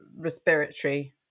respiratory